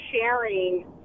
sharing